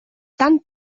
tan